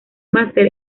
máster